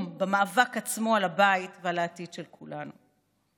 במאבק עצמו על הבית והעתיד של כולנו.